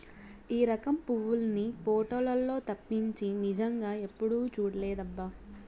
ఈ రకం పువ్వుల్ని పోటోలల్లో తప్పించి నిజంగా ఎప్పుడూ చూడలేదబ్బా